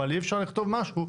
אבל אי אפשר לכתוב משהו,